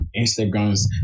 Instagrams